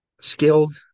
skilled